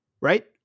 right